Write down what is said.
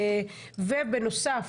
בנוסף,